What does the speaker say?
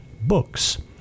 books